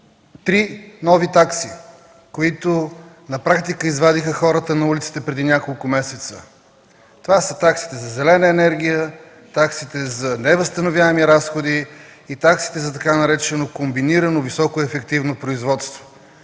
три нови такси, които на практика изведоха хората на улицата преди няколко месеца. Това са таксите за зелена енергия, таксите за невъзстановяеми разходи и таксите за така наречено „комбинирано високоефективно производство”.